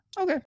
Okay